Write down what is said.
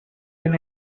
been